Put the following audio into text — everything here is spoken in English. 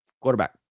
quarterback